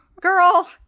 Girl